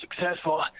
successful